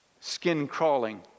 skin-crawling